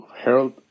Harold